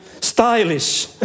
Stylish